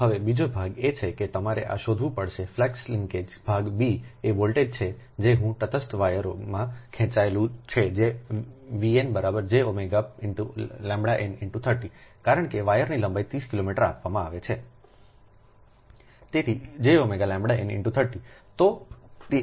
હવે બીજો ભાગ એ છે કે તમારે આ શોધવું પડશે ફ્લક્સલિન્કેજીસભાગ b એ વોલ્ટેજ છે જે હુંતટસ્થ વાયરમાં ખેંચાયેલું છું જો Vn jΩ×ʎn×30 કારણ કે વાયરની લંબાઈ 30 કિલોમીટર આપવામાં આવે છેતેથીjΩ ʎn × 30